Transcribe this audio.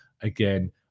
again